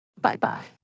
Bye-bye